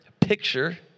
picture